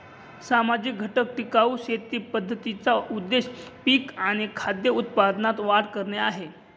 सामाजिक घटक टिकाऊ शेती पद्धतींचा उद्देश पिक आणि खाद्य उत्पादनात वाढ करणे आहे